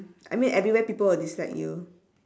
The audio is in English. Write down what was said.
I mean everywhere people will dislike you